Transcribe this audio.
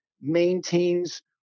maintains